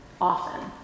often